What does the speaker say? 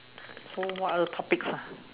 so what other topics ah